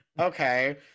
okay